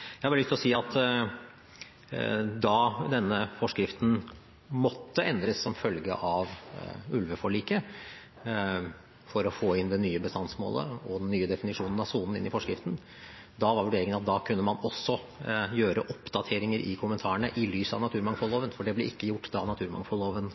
jeg, et spørsmål om kommentarene til forskriften. Jeg har bare lyst til å si at da denne forskriften måtte endres som følge av ulveforliket, for å få det nye bestandsmålet og den nye definisjonen av sonen inn i forskriften, var vurderingen at man kunne gjøre oppdateringer i kommentarene i lys av naturmangfoldloven, for det ble ikke gjort da naturmangfoldloven